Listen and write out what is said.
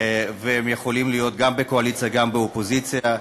והם יכולים להיות גם בקואליציה וגם באופוזיציה,